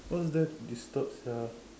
what's there to disturb sia